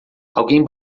alguém